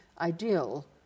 ideal